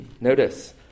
notice